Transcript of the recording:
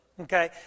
Okay